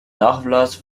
nachlass